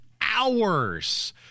hours